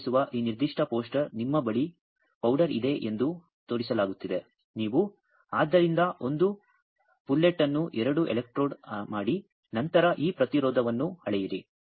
ನೀವು ತೋರಿಸುವ ಈ ನಿರ್ದಿಷ್ಟ ಪೋಸ್ಟರ್ ನಿಮ್ಮ ಬಳಿ ಪೌಡರ್ ಇದೆ ಎಂದು ತೋರಿಸಲಾಗುತ್ತಿದೆ ನೀವು ಅದರಿಂದ ಒಂದು ಪುಲ್ಲೆಟ್ ಅನ್ನು ಎರಡು ಎಲೆಕ್ಟ್ರೋಡ್ ಮಾಡಿ ನಂತರ ಈ ಪ್ರತಿರೋಧವನ್ನು ಅಳೆಯಿರಿ